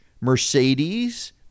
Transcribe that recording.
Mercedes